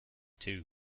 too